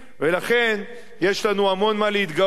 ולכן יש לנו המון מה להתגאות,